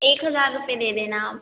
एक हज़ार रुपये दे देना आप